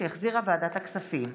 שהחזירה ועדת הכספים.